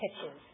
pitches